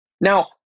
Now